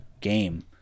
game